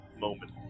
moment